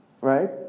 right